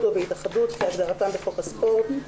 או בהתאחדות כהגדרתם בחוק הספורט,